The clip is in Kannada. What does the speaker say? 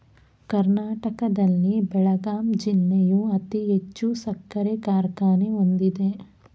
ಕರ್ನಾಟಕದಲ್ಲಿ ಬೆಳಗಾಂ ಜಿಲ್ಲೆಯು ಅತಿ ಹೆಚ್ಚು ಸಕ್ಕರೆ ಕಾರ್ಖಾನೆ ಹೊಂದಿದೆ